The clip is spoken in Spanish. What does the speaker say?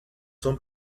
son